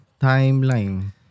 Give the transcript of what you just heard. Timeline